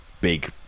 big